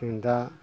जों दा